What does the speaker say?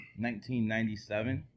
1997